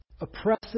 oppressive